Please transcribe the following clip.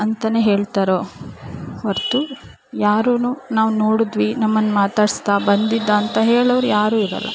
ಅಂತಾನೆ ಹೇಳ್ತಾರೆ ಹೊರತು ಯಾರೂ ನಾವು ನೋಡಿದ್ವಿ ನಮ್ಮನ್ನು ಮಾತಾಡಿಸ್ದ ಬಂದಿದ್ದ ಅಂತ ಹೇಳೋರು ಯಾರು ಇರೋಲ್ಲ